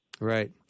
Right